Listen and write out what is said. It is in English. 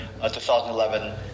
2011